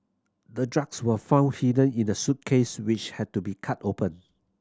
the drugs were found hidden in the suitcase which had to be cut open